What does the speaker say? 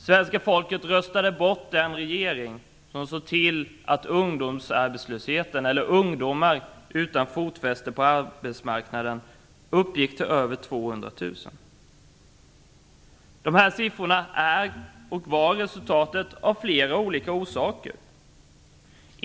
Svenska folket röstade bort den regering som såg till att ungdomsarbetslösheten, eller antalet ungdomar utan fotfäste på arbetsmarknaden, uppgick till över Dessa siffror är och var resultatet av flera olika orsaker.